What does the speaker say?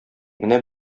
менә